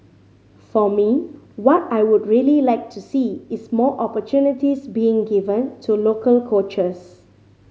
for me what I would really like to see is more opportunities being given to local coaches